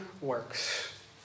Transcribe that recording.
works